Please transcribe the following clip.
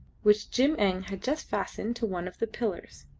which jim-eng had just fastened to one of the pillars.